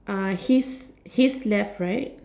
uh his his left right